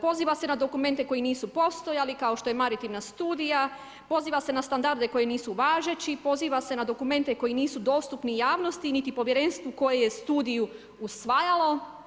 poziva se na dokumente koji nisu postojali, kao što je narativna studija, poziva se na standarde koji nisu važeći, poziva se na dokumente koji nisu dostupni javnosti, niti povjerenstvu koji je studiju usvajalo.